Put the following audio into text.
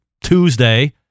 Tuesday